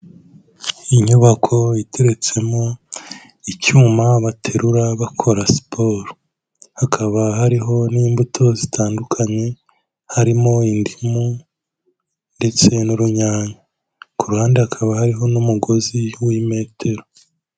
Inyubako iteretsemo icyuma baterura bakora siporo, hakaba hariho n'imbuto zitandukanye harimo indimu ndetse n'urunyanya, ku ruhande hakaba hariho n'umugozi w'imetero.